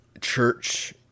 church